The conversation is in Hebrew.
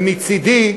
ומצדי,